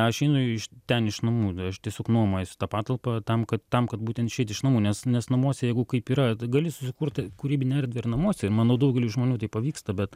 aš einu iš ten iš namų aš tiesiog nuomojuosi tą patalpą tam kad tam kad būtent išeit iš namų nes nes namuose jeigu kaip yra tai gali susikurt kūrybinę erdvę ir namuose manau daugeliui žmonių tai pavyksta bet